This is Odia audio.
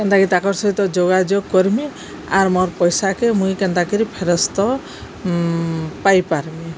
କେନ୍ତାକି ତାଙ୍କର ସହିତ ଯୋଗାଯୋଗ କରିମି ଆର୍ ମୋର୍ ପଇସାକେ ମୁଇଁ କେନ୍ତାକିରି ଫେରସ୍ତ ପାଇ ପାରମି